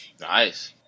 Nice